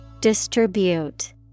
Distribute